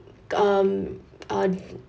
um uh